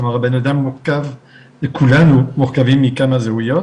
כלומר הבן אדם מורכב וכולנו מורכבים מכמה זהויות.